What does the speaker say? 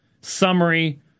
summary